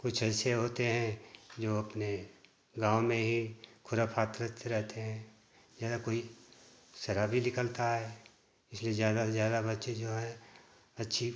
कुछ ऐसे होते हैं जो अपने गाँव में ही खुराफात रहते रहते हैं ज़्यादा कोई शराबी निकलता है इसलिए ज़्यादा से ज़्यादा बच्चे जो हैं अच्छी